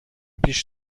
پیش